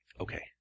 Okay